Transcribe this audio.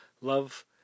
love